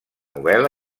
novel·la